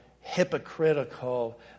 hypocritical